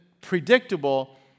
predictable